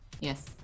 Yes